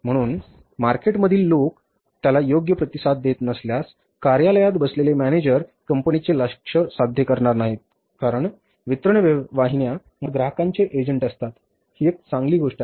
म्हणून मार्केटमधील लोक त्याला योग्य प्रतिसाद देत नसल्यास कार्यालयात बसलेले मॅनेजर कंपनीचे लक्ष्य साध्य करणार नाहीत कारण वितरण वाहिन्या मुळात ग्राहकांचे एजंट असतात ही एक चांगली गोष्ट आहे